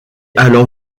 allant